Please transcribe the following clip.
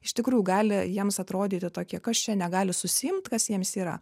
iš tikrųjų gali jiems atrodyti tokie kas čia negali susiimt kas jiems yra